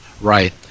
Right